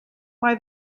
why